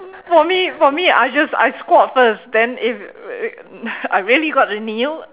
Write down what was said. for me for me I just I squat first then if I really got to kneel